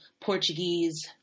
Portuguese